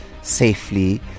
safely